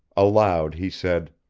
aloud he said,